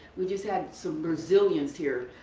we just had some brazilians here,